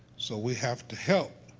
so, we have to help,